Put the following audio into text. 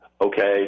okay